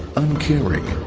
uncaring,